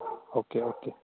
okay okay